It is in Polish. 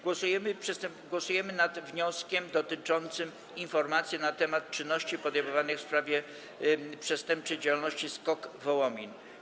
Głosujemy nad wnioskiem dotyczącym informacji na temat czynności podejmowanych w sprawie przestępczej działalności SKOK Wołomin.